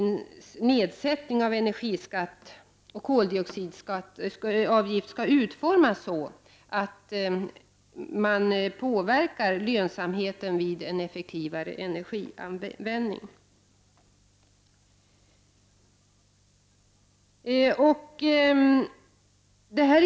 Nedsättningen av energiskatten och koldioxidskatt på den energiintensiva industrin skall utformas så, att man påverkar lönsamheten vid en effektivare energianvändning.